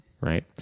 Right